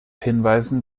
hinweisen